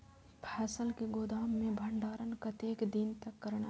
फसल के गोदाम में भंडारण कतेक दिन तक करना चाही?